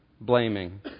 blaming